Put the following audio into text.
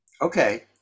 Okay